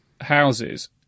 houses